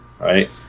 right